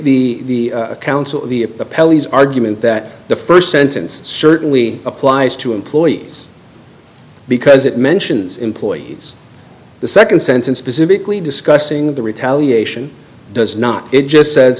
take the counsel of the a pelleas argument that the first sentence certainly applies to employees because it mentions employees the second sentence specifically discussing the retaliation does not it just says